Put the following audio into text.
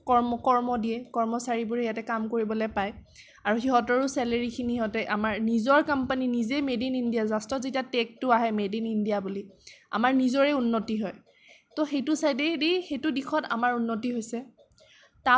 কৰ্ম কৰ্ম দিয়ে কৰ্মচাৰীবোৰে ইয়াতে কাম কৰিবলে পায় আৰু সিহঁতৰো চেলেৰিখিনি সিহঁতে আমাৰ নিজৰ কম্পানি নিজে মেড ইন ইণ্ডিয়া লাষ্টত যেতিয়া টেগটো আহে মেড ইন ইণ্ডিয়া বুলি আমাৰ নিজৰে উন্নতি হয় ত সেইটো চাইদে দি সেইটো দিশত আমাৰ উন্নতি হৈছে